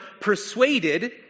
persuaded